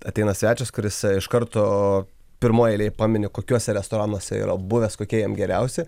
ateina svečias kuris iš karto pirmoj eilėj pamini kokiuose restoranuose yra buvęs kokie jam geriausi